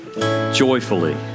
joyfully